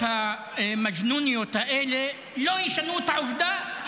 לא מתלוננת.